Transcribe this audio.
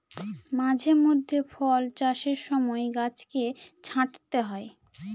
মাঝে মধ্যে ফল চাষের সময় গাছকে ছাঁটতে হয়